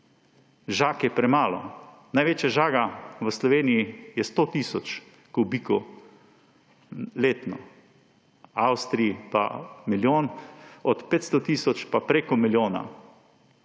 Žag je premalo. Največja žaga v Sloveniji je 100 tisoč kubikov letno, v Avstriji pa milijon, od 500 tisoč pa preko milijona.